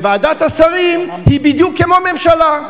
וועדת השרים היא בדיוק כמו ממשלה.